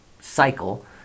cycle